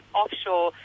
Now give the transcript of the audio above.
offshore